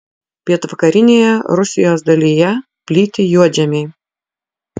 pietvakarinėje rusijos dalyje plyti juodžemiai